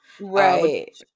Right